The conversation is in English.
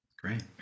Great